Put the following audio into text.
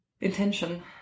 intention